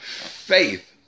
Faith